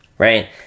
Right